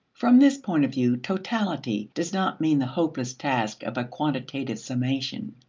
from this point of view, totality does not mean the hopeless task of a quantitative summation.